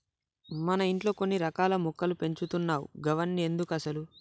మన ఇంట్లో కొన్ని రకాల మొక్కలు పెంచుతున్నావ్ గవన్ని ఎందుకసలు